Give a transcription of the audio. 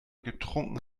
getrunken